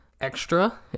extra